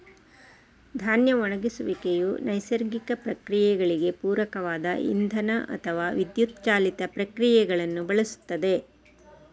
ಧಾನ್ಯ ಒಣಗಿಸುವಿಕೆಯು ನೈಸರ್ಗಿಕ ಪ್ರಕ್ರಿಯೆಗಳಿಗೆ ಪೂರಕವಾದ ಇಂಧನ ಅಥವಾ ವಿದ್ಯುತ್ ಚಾಲಿತ ಪ್ರಕ್ರಿಯೆಗಳನ್ನು ಬಳಸುತ್ತದೆ